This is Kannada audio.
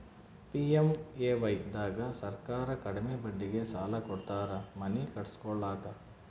ಪಿ.ಎಮ್.ಎ.ವೈ ದಾಗ ಸರ್ಕಾರ ಕಡಿಮಿ ಬಡ್ಡಿಗೆ ಸಾಲ ಕೊಡ್ತಾರ ಮನಿ ಕಟ್ಸ್ಕೊಲಾಕ